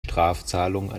strafzahlungen